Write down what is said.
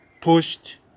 pushed